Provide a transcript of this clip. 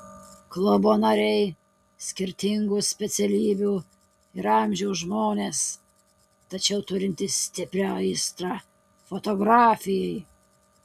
klubo nariai skirtingų specialybių ir amžiaus žmonės tačiau turintys stiprią aistrą fotografijai